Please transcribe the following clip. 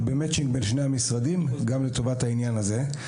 בין שני המשרדים גם לטובת העניין הזה,